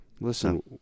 Listen